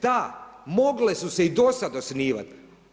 Da, mogle su se i dosad osnovati.